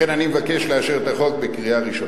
לכן, אני מבקש לאשר את החוק בקריאה ראשונה.